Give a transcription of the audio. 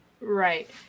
right